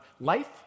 life